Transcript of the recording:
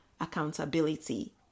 accountability